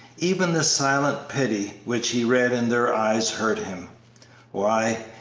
even the silent pity which he read in their eyes hurt him why,